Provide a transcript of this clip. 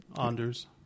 Anders